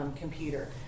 computer